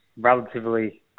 relatively